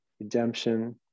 redemption